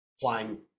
flying